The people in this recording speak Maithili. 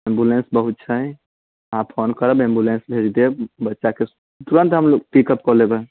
एम्बुलेन्स बहुत छै अहाँ फोन करब एम्बुलेन्सके भेज देब तुरन्त हम लोग पिकअप कऽ लेबै